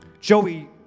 Joey